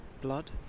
Blood